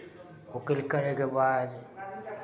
ओकील करयके बाद